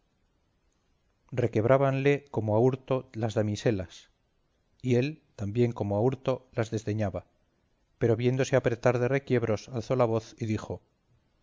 ligero requebrábanle como a hurto las damiselas y él también como a hurto las desdeñaba pero viéndose apretar de requiebros alzó la voz y dijo